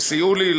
שסייעו לי,